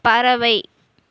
பறவை